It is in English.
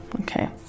Okay